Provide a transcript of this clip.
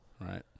Right